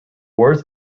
words